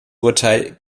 urteil